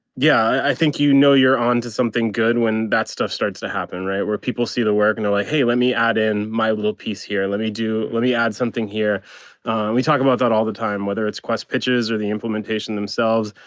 yeah, i think you know you're onto something good when that stuff starts to happen right where people see the work and oh like hey let me add in my little piece here. let me do let me add something here we talk about that all the time, whether it's quest pitches or the implementation themselves,